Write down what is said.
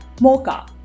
mocha